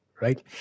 right